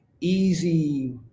easy